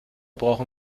brauchen